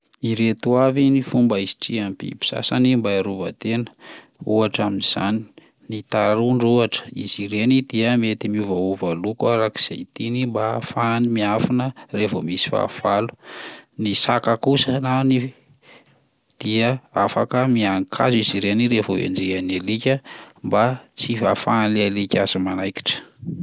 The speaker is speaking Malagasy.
Ireto avy ny fomba hisitrihan'ny biby sasany mba hiarovan-tena: ohatra amin'izany ny tarondro ohatra, izy ireny dia mety miovaova loko arak'izay tiany mba hahafahany miafina raha vao misy fahavalo, ny saka kosa na ny- dia afaka mihanin-kazo izy ireny raha vao enjehan'ny alika mba tsy hahafahan'ilay alika azy manaikitra.